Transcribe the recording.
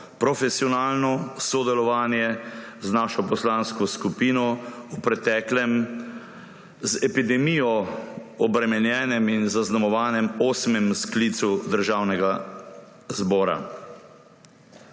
profesionalno sodelovanje z našo poslansko skupino v preteklem, z epidemijo obremenjenem in zaznamovanem osmem sklicu Državnega zbora.